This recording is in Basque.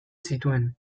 zituen